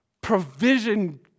provision